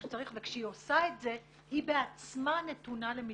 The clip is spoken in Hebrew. שצריך וכשהיא עושה את זה היא בעצמה נתונה למתקפה.